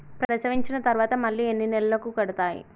ప్రసవించిన తర్వాత మళ్ళీ ఎన్ని నెలలకు కడతాయి?